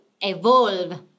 evolve